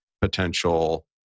potential